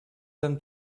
them